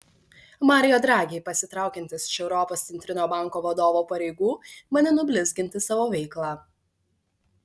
mario draghi pasitraukiantis iš europos centrinio banko vadovo pareigų bandė nublizginti savo veiklą